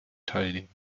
teilnehmen